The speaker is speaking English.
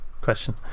question